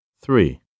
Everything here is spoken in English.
Three